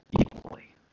equally